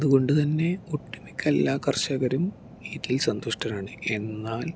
അതുകൊണ്ട് തന്നെ ഒട്ടുമിക്ക എല്ലാ കർഷകരും ഇതിൽ സന്തുഷ്ടരാണ് എന്നാൽ